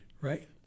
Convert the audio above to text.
right